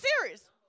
serious